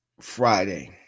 Friday